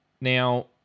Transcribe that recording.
Now